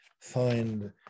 find